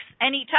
anytime